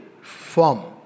form